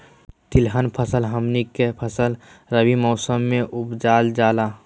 तिलहन फसल हमनी के तरफ रबी मौसम में उपजाल जाला